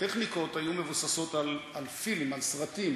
הטכניקות היו מבוססות על פילם, על סרטים